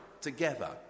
together